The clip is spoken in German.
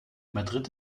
madrid